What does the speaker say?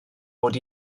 mod